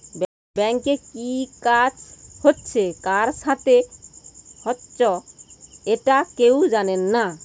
ব্যাংকে কি কাজ হচ্ছে কার সাথে হচ্চে একটা কেউ জানে না